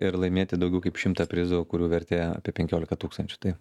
ir laimėti daugiau kaip šimtą prizų kurių vertė apie penkiolika tūkstančių tai